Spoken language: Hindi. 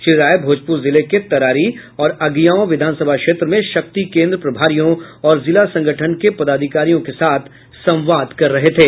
श्री राय भोजपुर जिले के तरारी और अगिआंव विधानसभा क्षेत्र में शक्ति केंद्र प्रभारियों और जिला संगठन के पदाधिकारियों के साथ संवाद कर रहे थे